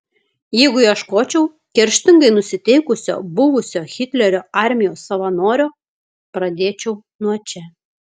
jeigu ieškočiau kerštingai nusiteikusio buvusio hitlerio armijos savanorio pradėčiau nuo čia